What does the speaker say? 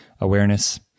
Awareness